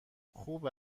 خوب